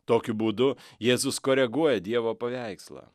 tokiu būdu jėzus koreguoja dievo paveikslą